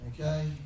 Okay